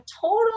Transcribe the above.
total